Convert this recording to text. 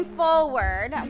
forward